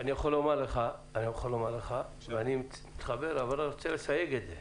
אני מתחבר אבל רוצה לסייג את זה: